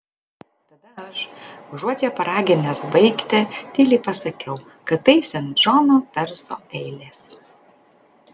tada aš užuot ją paraginęs baigti tyliai pasakiau kad tai sen džono perso eilės